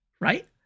right